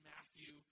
Matthew